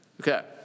Okay